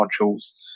modules